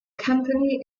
company